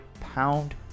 pound